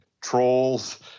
trolls